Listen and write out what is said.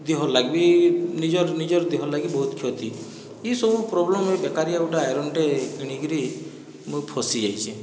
ଦିହର୍ ଲାଗିବି ନିଜର୍ ନିଜର୍ ଦିହ ଲାଗି ବହୁତ କ୍ଷତିଇ ସବୁ ପ୍ରୋବ୍ଲେମ ବେକରିଆ ଗୋଟିଏ ଆଇରନ୍ଟେ କିଣିକିରି ମୁଇଁ ଫସି ଯାଇଛେଁ